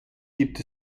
gibt